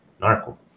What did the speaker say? narco